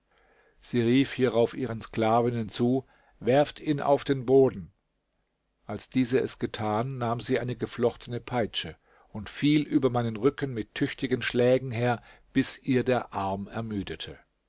sie rief hierauf ihren sklavinnen zu werft ihn auf den boden als diese es getan nahm sie eine geflochtene peitsche und fiel über meinen rücken mit tüchtigen schlägen her bis ihr arm ermüdete